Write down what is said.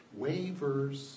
Waivers